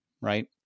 right